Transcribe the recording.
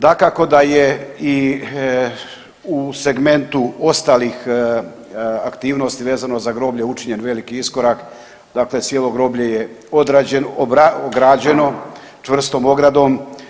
Dakako da je i u segmentu ostalih aktivnosti vezano za groblje učinjen veliki iskorak, dakle cijelo groblje je ograđeno čvrstom ogradom.